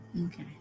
Okay